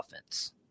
offense